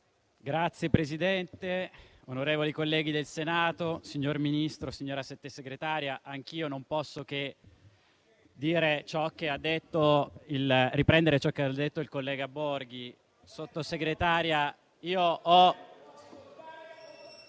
Signora Presidente, onorevoli colleghi del Senato, signor Ministro, signora Sottosegretaria, non posso che riprendere ciò che ha detto il collega Enrico Borghi. Sottosegretaria, io ho...